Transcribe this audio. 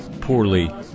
poorly